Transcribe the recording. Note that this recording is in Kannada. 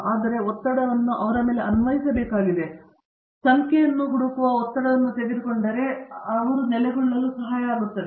ಆದ್ದರಿಂದ ಒತ್ತಡವನ್ನು ಅವರ ಮೇಲೆ ಅನ್ವಯಿಸಬೇಕಾಗಿದೆ ಆದರೆ ಸಂಖ್ಯೆಯನ್ನು ಹುಡುಕುವ ಈ ಒತ್ತಡವನ್ನು ತೆಗೆದುಕೊಂಡರೆ ಅವರನ್ನು ನೆಲೆಗೊಳ್ಳಲು ಸಹಾಯ ಮಾಡುತ್ತದೆ